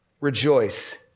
rejoice